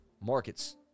markets